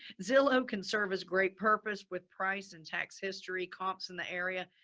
zillow can serve as great purpose with price and tax history, comps in the area,